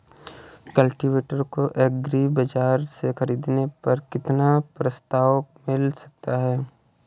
Cultivator को agri बाजार से ख़रीदने पर कितना प्रस्ताव मिल सकता है?